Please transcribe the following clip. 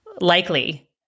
likely